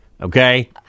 okay